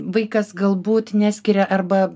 vaikas galbūt neskiria arba